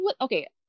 okay